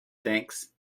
thanks